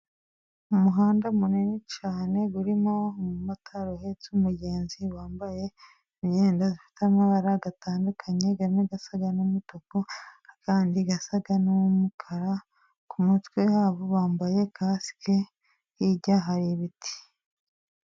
Umuhanda munini cyane, urimo umumotari uhetse umugenzi wambaye imyenda ifite amabara atandukanye, asa n'umutuku, andi asa n'umukara, ku mutwe wabo bambaye kasike. Hirya hari ibiti.